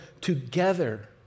together